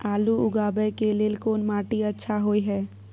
आलू उगाबै के लेल कोन माटी अच्छा होय है?